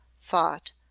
thought